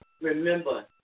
remember